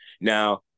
Now